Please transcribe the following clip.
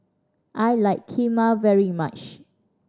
I like Kheema very much